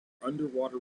underwater